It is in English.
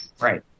Right